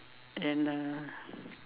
and uh